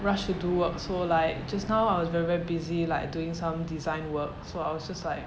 rush to do work so like just now I was very very busy like doing some design work so I was just like